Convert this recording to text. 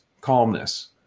calmness